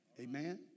Amen